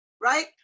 right